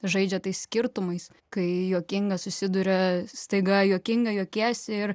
žaidžia tais skirtumais kai juokinga susiduria staiga juokinga juokiesi ir